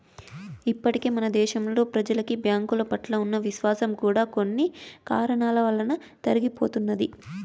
ఇప్పటికే మన దేశంలో ప్రెజలకి బ్యాంకుల పట్ల ఉన్న విశ్వాసం కూడా కొన్ని కారణాల వలన తరిగిపోతున్నది